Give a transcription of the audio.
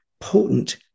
potent